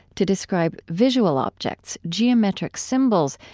to describe visual objects, geometric symbols,